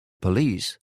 police